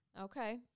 Okay